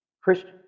Christian